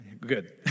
Good